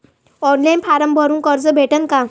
Online form भरून कर्ज भेटन का?